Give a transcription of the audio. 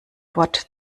wort